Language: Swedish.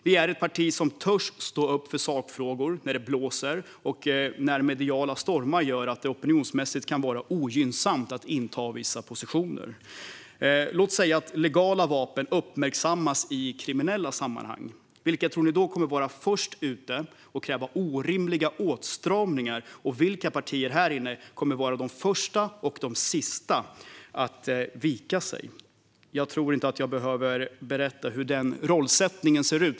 Vi är ett parti som törs stå upp för sakfrågor när det blåser och när mediala stormar gör att det opinionsmässigt kan vara ogynnsamt att inta vissa positioner. Låt oss säga att legala vapen uppmärksammas i kriminella sammanhang. Vilka tror ni då kommer att vara först ute och kräva orimliga åtstramningar, och vilka partier här inne kommer att vara de första och de sista att vika sig? Jag tror inte att jag behöver berätta hur den rollsättningen ser ut.